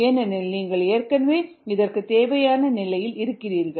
ஏனெனில் நீங்கள் ஏற்கனவே இதற்குத் தேவையான நிலையில் இருக்கிறீர்கள்